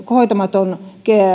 hoitamaton